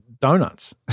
donuts